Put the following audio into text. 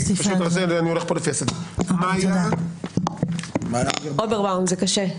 מיה אוברבאום, בבקשה.